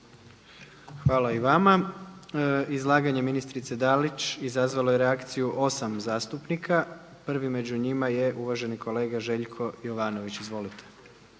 Hvala i vama. Izlaganje ministrice Dalić izazvalo je reakciju osam zastupnika. Prvi među njima je uvaženi kolega Željko Jovanović. Izvolite.